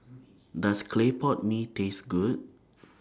Does Clay Pot Mee Taste Good